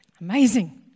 Amazing